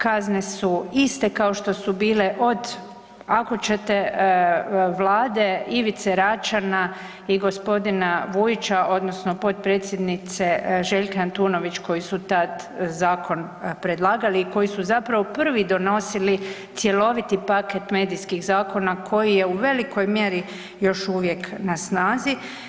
Kazne su iste kao što su bile od ako ćete Vlade Ivice Račana i gospodina Vujića odnosno potpredsjednice Željke Antunović koji su tad zakon predlagali i koji su zapravo prvi donosili cjeloviti paket medijskih zakona koji je u velikoj mjeri još uvijek na snazi.